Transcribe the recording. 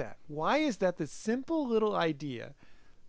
that why is that this simple little idea